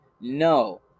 no